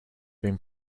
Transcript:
been